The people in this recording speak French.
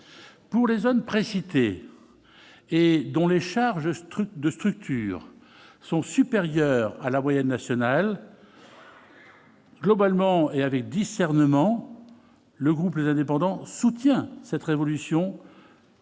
pour les zones précitées et dont les charges strict de structures sont supérieurs à la moyenne nationale. Globalement, et avec discernement, le groupe, les indépendants, soutient cette révolution.